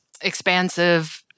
expansive